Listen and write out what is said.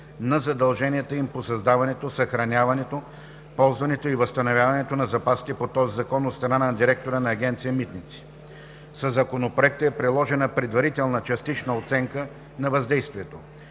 на задълженията им по създаването, съхраняването, ползването и възстановяването на запасите по този закон от страна на директора на Агенция „Митници“. Със Законопроекта е приложена предварителна частична оценка на въздействието.